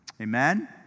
Amen